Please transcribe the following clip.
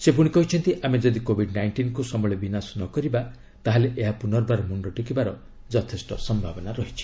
ସେ କହିଛନ୍ତି ଆମେ ଯଦି କୋବିଡ୍ ନାଇଷ୍ଟିନ୍କୁ ସମୂଳେ ବିନାଶ ନ କରିବା ତାହାହେଲେ ଏହା ପୁନର୍ବାର ମୁଣ୍ଡ ଟେକିବାର ସମ୍ଭାବନା ରହିଛି